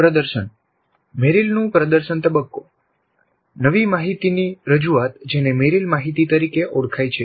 પ્રદર્શન મેરિલનું પ્રદર્શન તબક્કો નવી માહિતીની રજૂઆત જેને મેરિલ માહિતી તરીકે ઓળખાય છે